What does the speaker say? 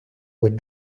would